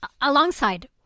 alongside